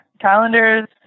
calendars